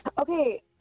okay